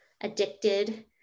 addicted